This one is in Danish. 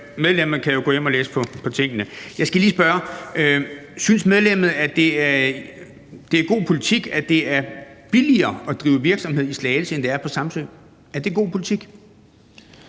Medlemmet kan jo gå hjem og læse på tingene. Jeg skal lige spørge: Synes medlemmet, at det er god politik, at det er billigere at drive virksomhed i Slagelse end på Samsø? Er det god politik?